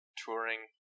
touring